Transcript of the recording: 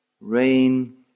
Rain